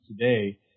today